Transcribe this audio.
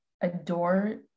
adore